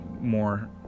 more